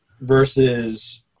versus